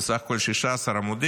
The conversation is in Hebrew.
זה בסך הכול 16 עמודים.